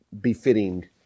befitting